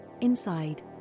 inside